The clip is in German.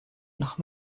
noch